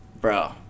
bro